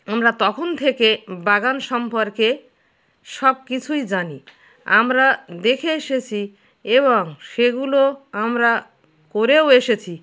আমরা তখন থেকে বাগান সম্পর্কে সব কিছুই জানি আমরা দেখে এসেছি এবং সেগুলো আমরা করেও এসেছি